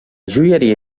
joieria